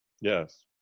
Yes